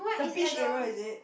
the beach area is it